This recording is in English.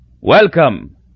Welcome